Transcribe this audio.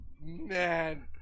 man